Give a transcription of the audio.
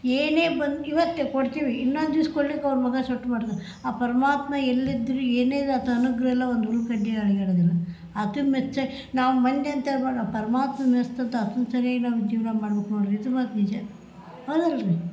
ಏನೇ ಬಂದು ಇವತ್ತೆ ಕೊಡ್ತೀವಿ ಇನ್ನೊಂದು ದಿವ್ಸ ಕೊಡ್ಲಿಕೆ ಅವರ ಮುಖ ಸೊಟ್ಟ ಮಾಡ್ತಾರೆ ಆ ಪರಮಾತ್ಮ ಎಲ್ಲಿದ್ದರು ಏನೇ ಇದು ಆತನ ಅನುಗ್ರಹ ಇಲ್ಲ ಒಂದು ಹುಲ್ಲು ಕಡ್ಡಿ ಅಲುಗಾಡೋದಿಲ್ಲ ಆತನ ಮೆಚ್ಚೇ ನಾವು ಮಂಜು ಅಂತೆ ಮಾಡುವ ಪರಮಾತ್ಮ ನಡೆಸ್ದಂತ ಆತಂಗೆ ಸರಿಯಾಗಿ ನಾವು ಜೀವನ ಮಾಡ್ಬೇಕು ನೋಡಿರಿ ಇದು ಮಾತು ನಿಜ ಹೌದಲ್ಲರಿ